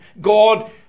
God